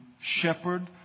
shepherd